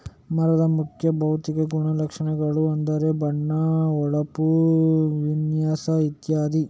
ಮರದ ಮುಖ್ಯ ಭೌತಿಕ ಗುಣಲಕ್ಷಣಗಳು ಅಂದ್ರೆ ಬಣ್ಣ, ಹೊಳಪು, ವಿನ್ಯಾಸ ಇತ್ಯಾದಿ